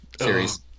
series